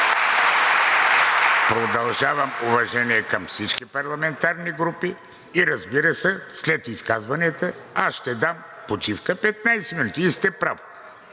продължавам с уважение към всички парламентарни групи и, разбира се, след изказванията, аз ще дам почивка 15 минути и сте прав.